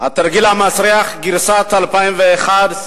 התרגיל המסריח גרסת 2011,